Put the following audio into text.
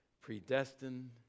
predestined